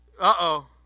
Uh-oh